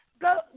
go